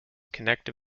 connect